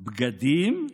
בגדים?